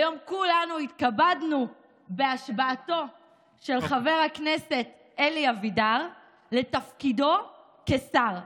היום כולנו התכבדנו בהשבעתו של חבר הכנסת אלי אבידר לתפקידו כשר.